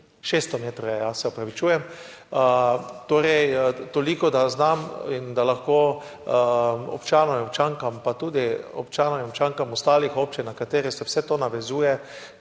600 metrov je, se opravičujem. Torej, toliko, da vem in da lahko občanom in občankam, pa tudi občanom in občankam ostalih občin, na katere se vse to navezuje,